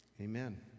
Amen